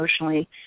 emotionally